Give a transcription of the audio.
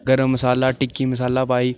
गर्म मसाला टिक्की मसाला पाई